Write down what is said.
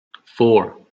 four